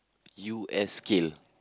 U_S scale